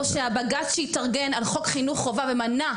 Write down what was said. שהבג"ץ שהתארגן על חוק חינוך חובה ומנע?